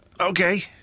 okay